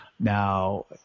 Now